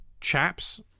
chaps